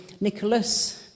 Nicholas